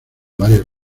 varias